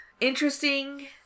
Interesting